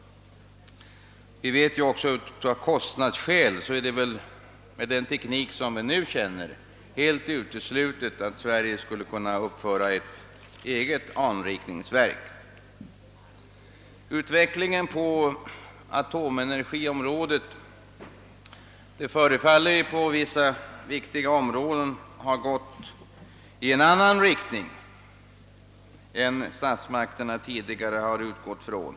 Av kostnadsskäl är det, med den teknik som vi nu känner till, helt uteslutet att Sverige skulle kunna uppföra ett eget anrikningsverk. Utvecklingen på atomenergiområdet förefaller på vissa viktiga områden ha gått i en annan riktning än statsmakterna tidigare har utgått från.